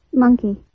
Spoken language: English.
monkey